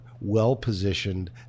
well-positioned